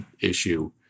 issue